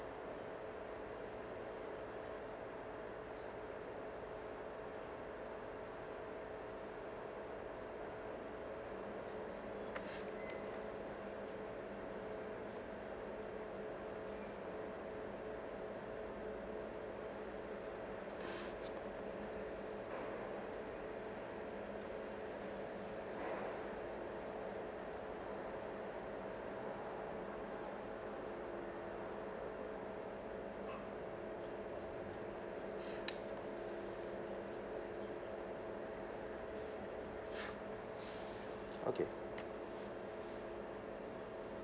okay